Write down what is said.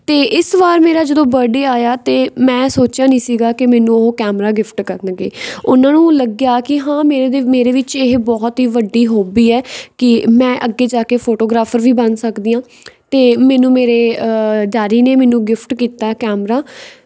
ਅਤੇ ਇਸ ਵਾਰ ਮੇਰਾ ਜਦੋਂ ਬਰਥਡੇ ਆਇਆ ਤਾਂ ਮੈਂ ਸੋਚਿਆ ਨਹੀਂ ਸੀਗਾ ਕਿ ਮੈਨੂੰ ਉਹ ਕੈਮਰਾ ਗਿਫਟ ਕਰਨਗੇ ਉਹਨਾਂ ਨੂੰ ਲੱਗਿਆ ਕਿ ਹਾਂ ਮੇਰੇ ਦੇ ਮੇਰੇ ਵਿੱਚ ਇਹ ਬਹੁਤ ਹੀ ਵੱਡੀ ਹੋਬੀ ਹੈ ਕਿ ਮੈਂ ਅੱਗੇ ਜਾ ਕੇ ਫੋਟੋਗ੍ਰਾਫਰ ਵੀ ਬਣ ਸਕਦੀ ਹਾਂ ਅਤੇ ਮੈਨੂੰ ਮੇਰੇ ਡੈਡੀ ਨੇ ਮੈਨੂੰ ਗਿਫਟ ਕੀਤਾ ਕੈਮਰਾ